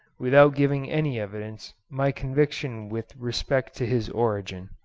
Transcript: without giving any evidence, my conviction with respect to his origin.